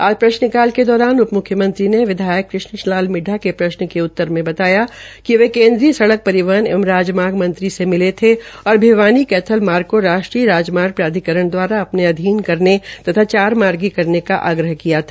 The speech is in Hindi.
आज प्रश्न काल के दौरान उप मुख्यमंत्री ने विधायक कृष्ण लाल मिड़डा के प्रश्न के उत्तर में बताया कि वे केन्द्रीय सड़क परिवहन एवं राजमार्ग मंत्री से मिले थे और भिवानी कैथल मार्ग को राष्ट्रीय राजमार्ग प्राधिकरण दवारा अपने अधीन करने तथा चारमार्गी करने का आग्रह किया था